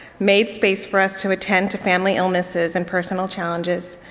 made space for us to attend to family illnesses and personal challenges.